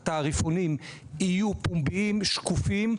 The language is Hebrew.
התעריפונים יהיו פומביים ושקופים,